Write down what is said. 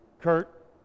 Kurt